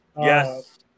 Yes